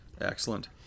Excellent